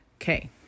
Okay